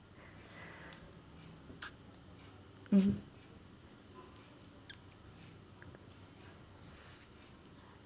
mmhmm